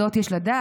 זאת יש לדעת,